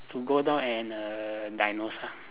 to go down and err diagnose ah